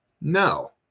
No